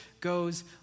goes